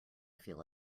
feel